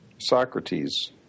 Socrates